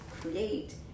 create